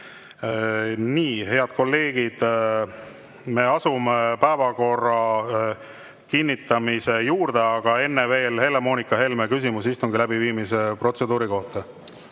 Nii, head kolleegid, me asume päevakorra kinnitamise juurde, aga enne veel Helle-Moonika Helme küsimus istungi läbiviimise protseduuri kohta.